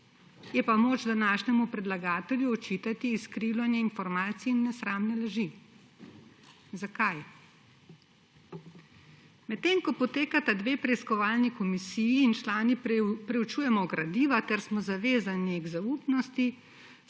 je pa moč današnjemu predlagatelju očitati skrivanje informacij in nesramne laži. Zakaj? Medtem ko potekata dve preiskovalni komisiji in člani preučujemo gradiva ter smo zavezani k zaupnosti,